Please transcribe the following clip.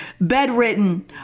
bedridden